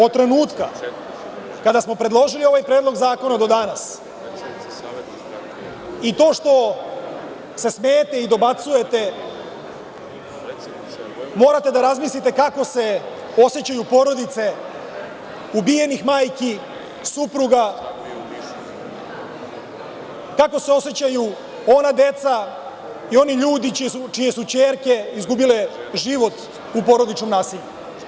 Od trenutka kada smo predložili ovaj predlog zakona do danas, i to što se smejete i dobacujete, morate da razmislite kako se osećaju porodice ubijenih majki, supruga, kako se osećaju ona deca i oni ljudi čije su ćerke izgubile život u porodičnom nasilju.